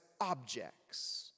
objects